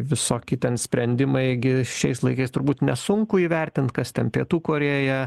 visoki ten sprendimai gi šiais laikais turbūt nesunku įvertint kas ten pietų korėjoje